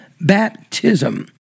baptism